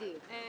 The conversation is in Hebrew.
בדיוק,